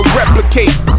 replicates